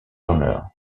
turner